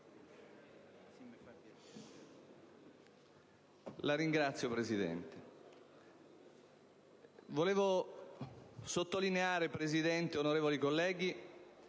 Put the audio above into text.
Volevo sottolineare, signora Presidente, onorevoli colleghi,